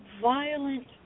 violent